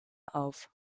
auf